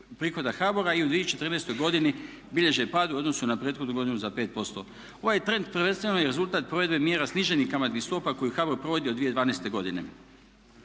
prihoda HBOR-a i u 2014. godini bilježe pad u odnosu na prethodnu godinu za 5%. Ovaj trend prvenstveno je rezultat provedbe mjera sniženih kamatnih stopa koje HBOR provodi od 2012. godine.